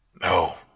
No